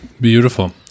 Beautiful